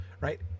right